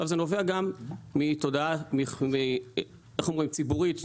זה נובע מתודעה ציבורית,